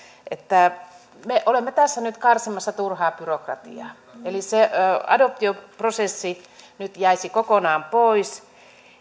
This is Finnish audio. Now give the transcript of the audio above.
että me olemme tässä nyt karsimassa turhaa byrokratiaa eli se adoptioprosessi jäisi nyt kokonaan pois